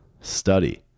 study